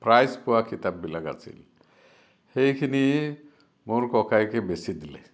prize পোৱা কিতাপবিলাক আছিল সেইখিনি মোৰ ককায়েকে বেচি দিলে